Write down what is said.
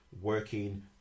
working